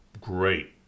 great